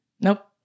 Nope